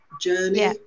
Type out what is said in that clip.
journey